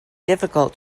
difficult